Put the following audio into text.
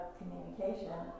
communication